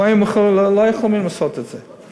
אם לא, הם לא היו יכולים לעשות את זה.